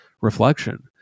reflection